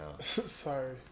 Sorry